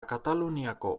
kataluniako